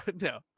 no